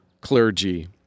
clergy